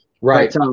Right